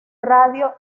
radio